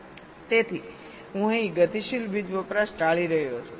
તેથી હું અહીં ગતિશીલ વીજ વપરાશ ટાળી રહ્યો છું